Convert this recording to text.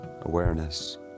awareness